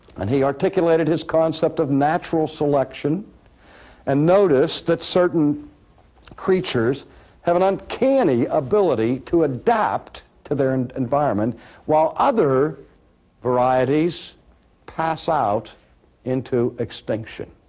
and he articulated his concept of natural selection and noticed that certain creatures have an uncanny ability to adapt to their and environment while other varieties pass out into extinction.